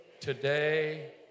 today